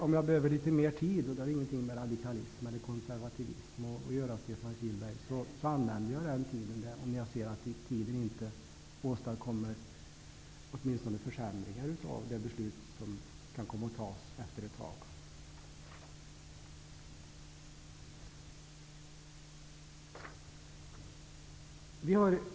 Om jag behöver litet mer tid -- det har ingenting med radikalism eller konservatism att göra, Stefan Kihlberg -- använder jag den tiden om jag ser att den åtminstone inte åstadkommer försämringar av det beslut som efter ett tag kan komma att fattas.